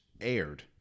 aired